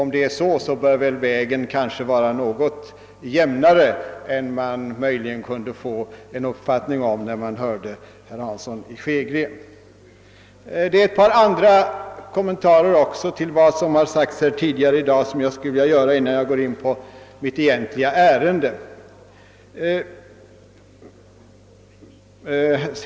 I så fall bör väl vägen vara något jämnare än man möjligen kan tro efter att ha hört herr Hansson i Skegrie. Jag vill göra ytterligare ett par kommentarer till vad som sagts tidigare i dag, innan jag går in på mitt egentliga ärende.